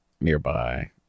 nearby